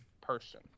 person